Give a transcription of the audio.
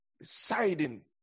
Deciding